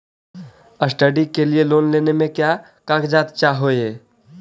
Study के लिये loan लेने मे का क्या कागजात चहोये?